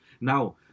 Now